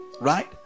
right